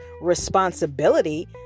responsibility